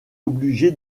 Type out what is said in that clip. obligé